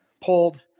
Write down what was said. pulled